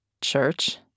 Church